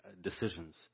decisions